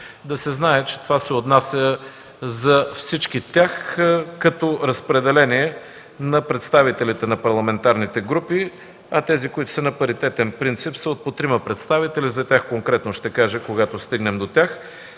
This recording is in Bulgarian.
да се знае, че това се отнася за всички тях като разпределение на представителите на парламентарните групи, а тези, които са на паритетен принцип са от по трима представители – за тях конкретно ще кажа, когато стигнем до там.